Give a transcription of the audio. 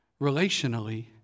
relationally